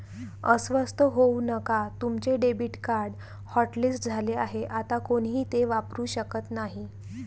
अस्वस्थ होऊ नका तुमचे डेबिट कार्ड हॉटलिस्ट झाले आहे आता कोणीही ते वापरू शकत नाही